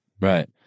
Right